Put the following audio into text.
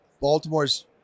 Baltimore's